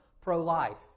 pro-life